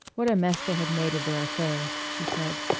what a mess they had made of their affairs, she said.